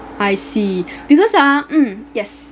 I see because ah mm yes